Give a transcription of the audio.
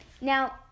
Now